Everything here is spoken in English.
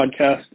podcast